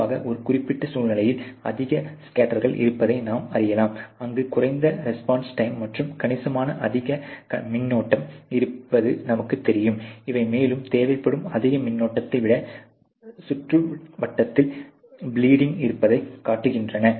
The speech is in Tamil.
பொதுவாக ஒரு குறிப்பிட்ட சூழ்நிலையில் அதிக ஸ்கேட்டர்கள் இருப்பதை நாம் அறியலாம் அங்கு குறைந்த ரெஸ்பான்ஸ் டைம் மற்றும் கணிசமாக அதிக மின்னோட்டம் இருப்பது நமக்குத் தெரியும் இவை மேலும் தேவைப்படும் அதிக மின்னோட்டதை விட சுற்றுவட்டத்தில் ப்ளீடிங் இருப்பதைக் காட்டுகின்றன